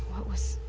what was.